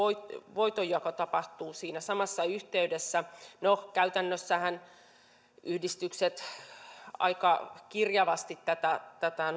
voitonjako tapahtuu siinä samassa yhteydessä no käytännössähän yhdistykset aika kirjavasti tätä tätä